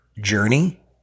journey